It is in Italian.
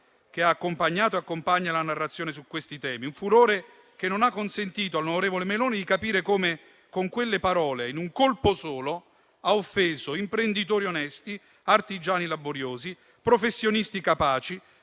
che ha accompagnato e accompagna la narrazione su questi temi; un furore che non ha consentito all'onorevole Meloni di capire come, con quelle parole, in un colpo solo, ha offeso imprenditori onesti, artigiani laboriosi, professionisti capaci